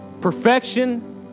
perfection